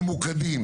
ממוקדים,